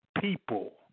people